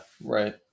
Right